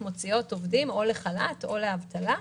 מוציאות עובדים או לחל"ת או לאבטלה.